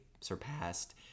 surpassed